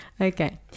Okay